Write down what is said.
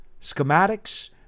schematics